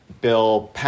Bill